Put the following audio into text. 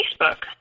Facebook